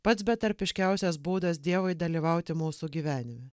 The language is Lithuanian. pats betarpiškiausias būdas dievui dalyvauti mūsų gyvenime